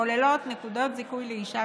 הכוללות נקודות זיכוי לאישה